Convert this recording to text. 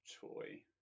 toy